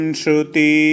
shruti